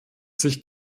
sich